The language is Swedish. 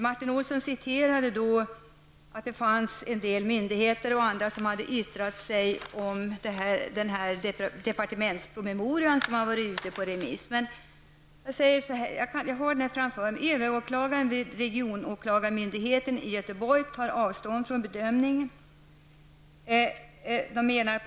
Martin Olsson citerade en del myndigheter som hade yttrat sig om den departementspromemoria som ha varit ute på remiss. t.ex överåklagaren vid regionåklagarmyndigheten i Göteborg tar avstånd från bedömningen.